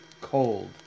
cold